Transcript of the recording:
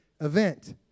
event